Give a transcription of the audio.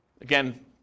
Again